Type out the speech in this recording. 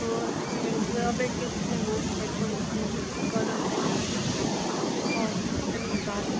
हँ तऽ कनि घुरबैके जे छै ने से कनि कोशिश करब कनि आओर कनि बात